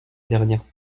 dernière